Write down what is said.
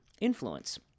influence